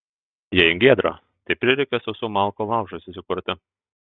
jei giedra tai prireikia sausų malkų laužui susikurti